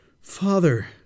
Father